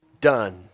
done